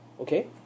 okay